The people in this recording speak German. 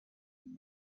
den